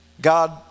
God